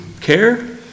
care